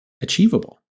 achievable